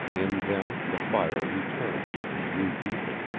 in them the fire returned and grew deeper.